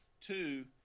Two